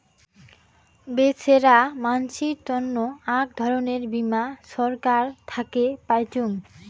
বেছেরা মানসির তন্ন আক ধরণের বীমা ছরকার থাকে পাইচুঙ